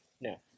No